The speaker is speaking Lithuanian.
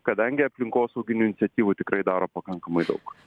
kadangi aplinkosauginių iniciatyvų tikrai daro pakankamai daug